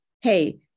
hey